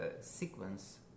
sequence